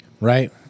Right